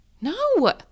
No